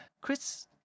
Chris